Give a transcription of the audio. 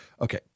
Okay